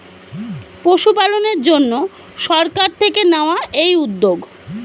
পশুপালনের জন্যে সরকার থেকে নেওয়া এই উদ্যোগ